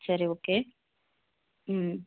சரி ஓகே ம்